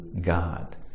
God